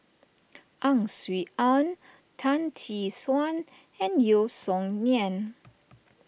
Ang Swee Aun Tan Tee Suan and Yeo Song Nian